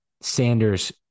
Sanders